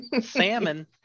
Salmon